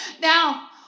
now